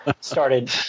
started